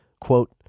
quote